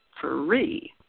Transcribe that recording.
free